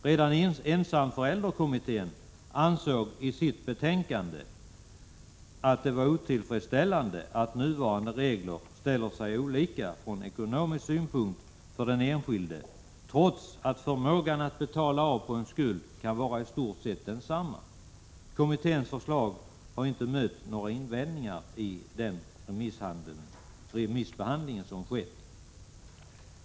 Redan ensamförälderkommittén ansåg, det framgår av dess betänkande, att det var otillfredsställande att nuvarande regler från ekonomisk synpunkt ställer sig olika för den enskilde, trots att förmågan att betala av en skuld kan vara i stort sett densamma. Kommitténs förslag har inte mötts av några invändningar vid den remissbehandling som varit.